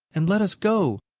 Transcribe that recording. and let us go.